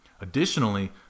Additionally